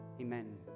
Amen